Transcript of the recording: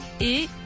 et